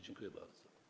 Dziękuję bardzo.